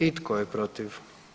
I tko je protiv?